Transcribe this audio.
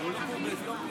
לא נתקבלה.